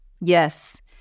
Yes